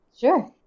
Sure